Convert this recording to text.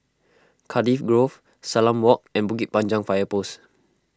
Cardiff Grove Salam Walk and Bukit Panjang Fire Post